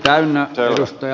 arvoisa puhemies